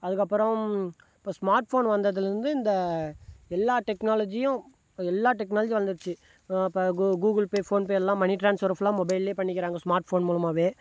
அதுக்கப்புறம் இப்போ smart phone வந்ததுலருந்து இந்த எல்லா டெக்னாலஜியும் எல்லா டெக்னாலஜியும் வளர்ந்துருச்சி இப்போ கூ கூகுள் பே ஃபோன்பேல்லாம் மணி டிரான்ஸ்ஃபர் ஃபுல்லாக மொபைலிலே பண்ணிக்கிறாங்க ஸ்மார்ட் ஃபோன் மூலமாகவே